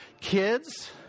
Kids